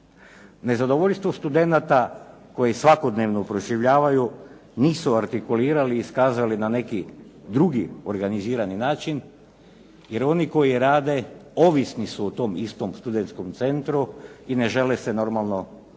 Nezadovoljstvo studenata koji svakodnevno proživljavaju nisu artikulirali i iskazali na neki drugi organizirani način, jer oni koji rade ovisni su o tom istom Studentskom centru i ne žele se normalno nikome